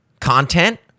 content